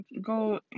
Go